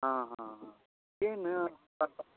ಹಾಂ ಹಾಂ ಹಾಂ ಏನು